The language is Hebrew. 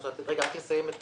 רגע, רק לסיים את